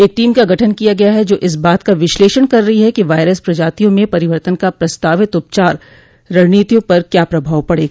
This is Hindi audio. एक टीम का गठन किया गया है जो इस बात का विश्लेषण कर रही है कि वायरस प्रजातियों में परिवर्तन का प्रस्तावित उपचार रणनीतियों पर क्या प्रभाव पड़ेगा